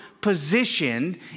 positioned